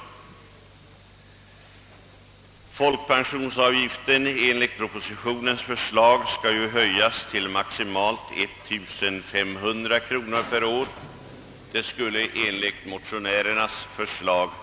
Folkpensionsavgiften skall enligt propositionen höjas till maximalt 1500 kronor per år mot 1750 kronor enligt motionärernas förslag.